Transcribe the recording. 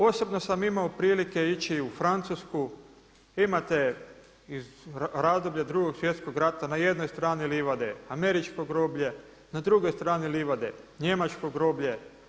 Osobno sam imao prilike ići u Francusku, imate iz razdoblja Drugog svjetskog rata na jednoj strani livade američko groblje, na drugoj strani livade njemačko groblje.